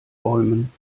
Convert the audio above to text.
bäumen